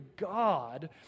God